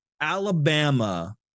Alabama